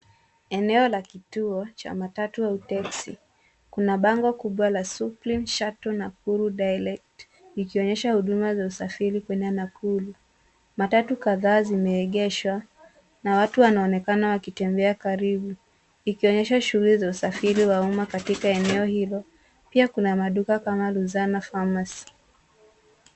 Eneo la kituo cha matatu au teksi, kuna bango kubwa la Supreme Shuttle Nakuru Direct, ikionyesha huduma za usafiri kuenda Nakuru. Matatu kadhaa zimeegeshwa na watu wanaonekana wakitembea karibu, ikionyesha shughuli za usafiri wa umma katika eneo hilo. Pia kuna maduka kama Lusana Farmer's.